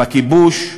בכיבוש,